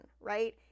right